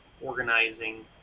organizing